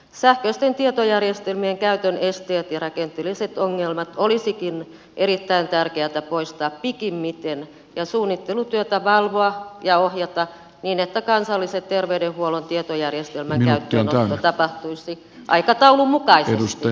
sähköisten tietojärjestelmien käytön esteet ja rakenteelliset ongelmat olisikin erittäin tärkeätä poistaa pikimmiten ja suunnittelutyötä valvoa ja ohjata niin että kansallisen terveydenhuollon tietojärjestelmän käyttöönotto tapahtuisi aikataulun mukaisesti